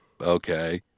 okay